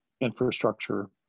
infrastructure